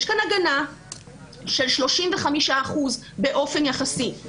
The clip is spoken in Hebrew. יש כאן הגנה של 35 אחוזים באופן יחסי,